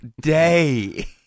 day